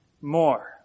more